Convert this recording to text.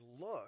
look